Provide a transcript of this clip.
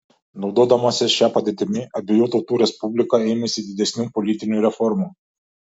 naudodamasi šia padėtimi abiejų tautų respublika ėmėsi didesnių politinių reformų